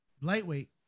Lightweight